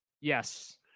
Yes